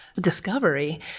discovery